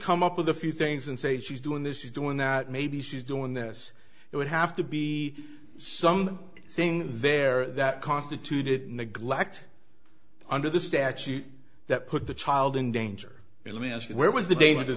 come up with a few things and say she's doing this is doing that maybe she's doing this it would have to be some thing there that constituted neglect under the statute that put the child in danger let me ask you where was the da